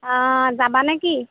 অঁ যাবা নেকি